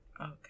Okay